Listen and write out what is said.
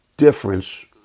Difference